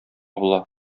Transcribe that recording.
була